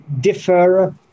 differ